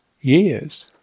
years